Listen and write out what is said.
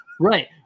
Right